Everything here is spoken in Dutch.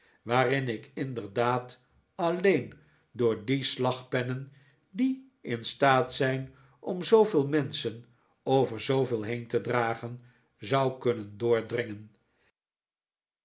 waarin ik inderdaad alleen door die slagpennen die in staat zijn om zooveel menschen over zooveel heen te dragen zou kunnen doordringen